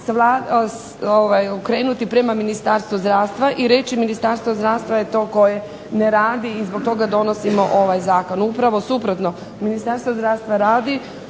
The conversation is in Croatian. okrenuti prema Ministarstvu zdravstva i reći Ministarstvo zdravstva je to koje ne radi i zbog toga donosimo ovaj zakon. Upravo suprotno, Ministarstvo zdravstva radi,